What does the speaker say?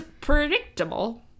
predictable